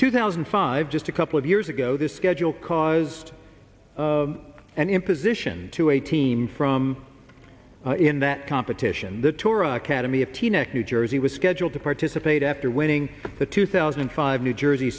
two thousand and five just a couple of years ago this schedule caused an imposition to a team from in that competition the tour academy of teaneck new jersey was scheduled to participate after winning the two thousand and five new jersey